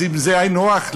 אז אם זה היינו הך,